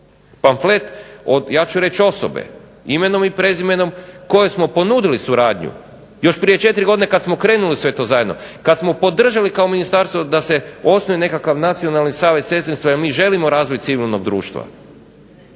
pamflet od ja ću reći osobe imenom i prezimenom kojoj smo ponudili suradnju još prije četiri godine kad smo krenuli u sve to zajedno, kad smo podržali kao ministarstvo da se osnuje nekakav nacionalni savez sestrinstva, jer mi želimo razvoj civilnog društva.